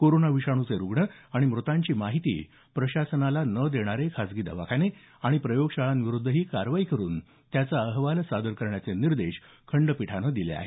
corona विषाणूचे रुग्ण आणि मृतांची माहिती प्रशासनाला न देणारे खासगी दवाखाने आणि प्रयोगशाळांविरुद्धही कारवाई करुन त्याचा अहवाल सादर करण्याचे निर्देश खंडपीठानं दिले आहेत